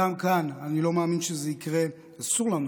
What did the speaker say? כאן אני לא מאמין שזה יקרה, אסור לנו